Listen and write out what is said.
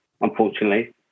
unfortunately